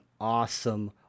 awesome